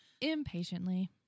impatiently